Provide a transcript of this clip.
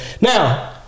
Now